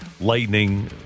Lightning